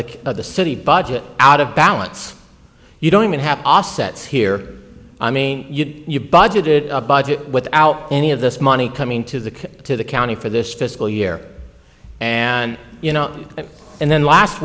the of the city budget out of balance you don't even have ossets here i mean you budgeted a budget without any of this money coming to the to the county for this fiscal year and you know and then last